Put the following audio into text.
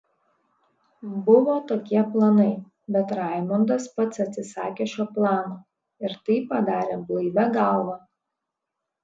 buvo tokie planai bet raimondas pats atsisakė šio plano ir tai padarė blaivia galva